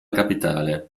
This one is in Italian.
capitale